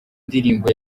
ndirimbo